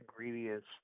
ingredients